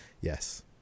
yes